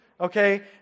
Okay